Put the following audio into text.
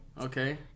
Okay